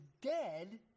dead